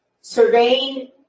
surveying